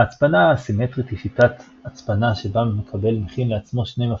ההצפנה האסימטרית היא שיטת הצפנה שבה המקבל מכין לעצמו שני מפתחות,